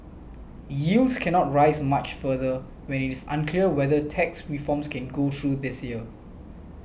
yields cannot rise much further when it is unclear whether tax reforms can go through this year